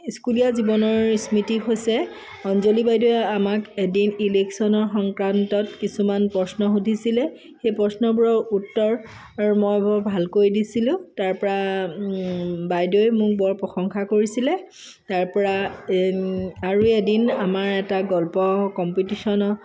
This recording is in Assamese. স্কুলীয়া জীৱনৰ স্মৃতি হৈছে অঞ্জলী বাইদেৱে আমাক এদিন ইলেকশ্যনৰ সংক্ৰান্তত কিছুমান প্ৰশ্ন সুধিছিলে সেই প্ৰশ্নবোৰৰ উত্তৰ মই বৰ ভালকৈ দিছিলো তাৰপৰা বাইদেৱে মোৰ বৰ প্ৰশংসা কৰিছিলে তাৰপৰা আৰু এদিন আমাৰ এটা গল্প কম্পিটিশ্যনৰ